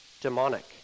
demonic